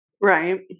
Right